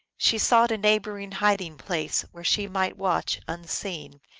she sought a neighboring hiding-place, where she might watch unseen,